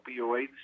opioids